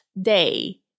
Day